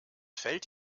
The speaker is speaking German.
fällt